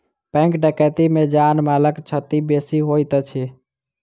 bank डकैती मे जान मालक क्षति बेसी होइत अछि